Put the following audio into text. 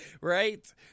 Right